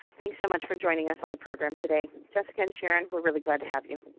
thanks so much for joining us on the program today. jessica and sharron, we're really glad to have you.